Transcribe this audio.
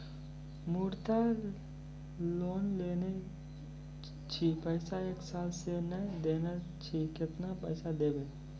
मुद्रा लोन लेने छी पैसा एक साल से ने देने छी केतना पैसा देब?